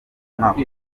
umwaka